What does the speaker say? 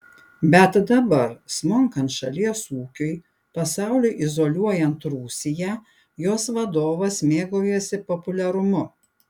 bet dabar smunkant šalies ūkiui pasauliui izoliuojant rusiją jos vadovas mėgaujasi populiarumu